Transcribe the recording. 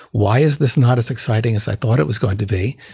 why is this not as exciting as i thought it was going to be?